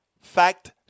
fact